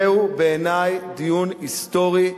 זהו בעיני דיון היסטורי,